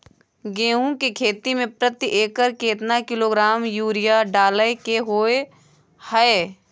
गेहूं के खेती में प्रति एकर केतना किलोग्राम यूरिया डालय के होय हय?